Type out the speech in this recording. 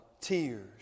tears